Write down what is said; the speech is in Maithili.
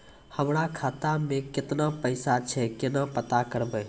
हमरा खाता मे केतना पैसा छै, केना पता करबै?